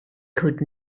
could